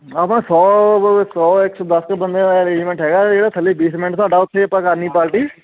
ਆਪਣਾ ਸੌ ਕੁ ਸੌ ਇਕ ਸੌ ਦਸ ਕੁ ਬੰਦਿਆਂ ਦਾ ਅਰੇਂਜਮੈਂਟ ਹੈਗਾ ਜਿਹੜਾ ਥੱਲੇ ਬੇਸਮੈਂਟ ਤੁਹਾਡਾ ਉੱਥੇ ਆਪਾਂ ਕਰਨੀ ਪਾਲਟੀ